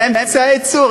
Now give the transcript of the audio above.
זה אמצעי הייצור,